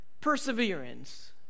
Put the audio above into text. perseverance